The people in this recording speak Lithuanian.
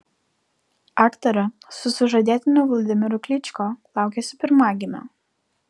aktorė su sužadėtiniu vladimiru kličko laukiasi pirmagimio